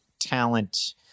talent